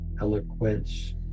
eloquence